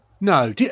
No